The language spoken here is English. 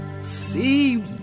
see